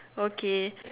okay